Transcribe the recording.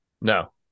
No